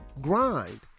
grind